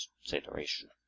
consideration